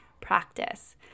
practice